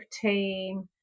team